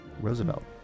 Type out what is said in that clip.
roosevelt